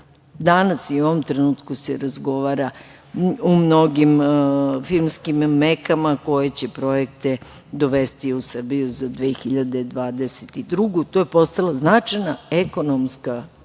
i u ovom trenutku se razgovara o mnogim filmskim mekama koje će projekte dovesti u Srbiju za 2022. godinu i to je postalo značajna ekonomska grana